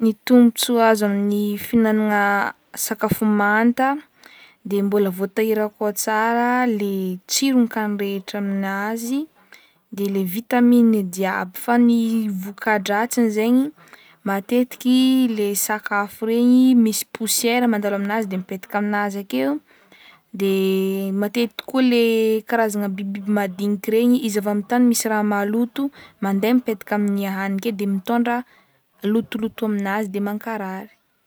Ny tombontsoa azo amin'ny fihignana sakafo manta, de mbola voatahiry akao tsara le tsiron-kagny rehetra aminazy de le vitaminy jiaby, fa ny voka-dratsiny zegny, matetiky le sakafo regny misy posiéra mandalo amin'azy de mipetaka amin'azy akeo de matetiky koa le karazana bibibiby madinka regny, izy amin'ny tany misy raha maloto mande mipetaka amy hagny ake de mitôndra lotoloto amin'azy de mankarary.